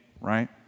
right